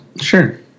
Sure